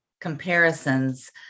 comparisons